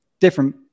different